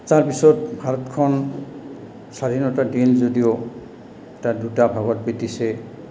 তাৰপিছত ভাৰতখন স্বাধীনতা দিয়ে যদিও তাত দুটা ভাগত ব্ৰিটিছে